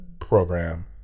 program